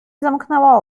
zamknęła